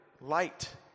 light